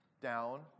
down